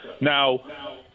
Now